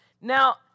Now